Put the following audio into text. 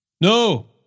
No